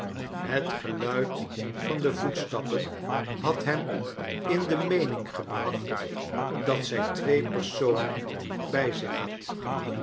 het geluid van de voetstappen had hem in de meening gebracht dat zij twee personen bij zich had